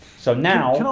so, now